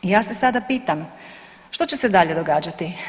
I ja se sada pitam, što će se dalje događati?